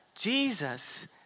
Jesus